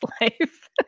life